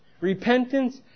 repentance